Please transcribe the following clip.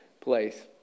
place